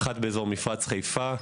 אחת באזור מפרץ חיפה.